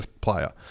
player